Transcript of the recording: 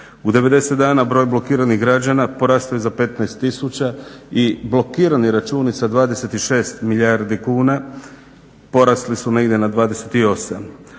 U 90 dana broj blokiranih građana porastao je za 15 000 i blokirani računi sa 26 milijardi kuna porasli su negdje na 28.